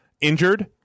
injured